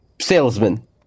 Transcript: Salesman